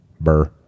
burr